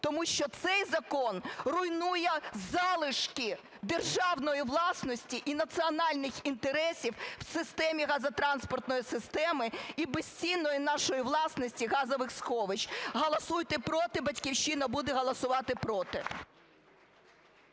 тому що цей закон руйнує залишки державної власності і національних інтересів в системі газотранспортної системи і безцінної нашої власності – газових сховищ. Голосуйте "проти". "Батьківщина" буде голосувати "проти".